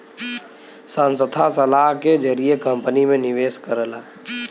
संस्था सलाह के जरिए कंपनी में निवेश करला